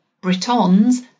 Britons